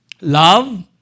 Love